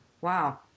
Wow